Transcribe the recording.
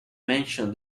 mention